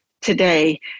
today